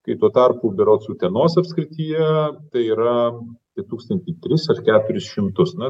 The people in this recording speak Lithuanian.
kai tuo tarpu berods utenos apskrityje tai yra apie tūkstantį tris ar keturis šimtus na